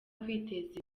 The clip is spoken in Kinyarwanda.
kwiteza